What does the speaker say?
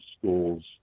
schools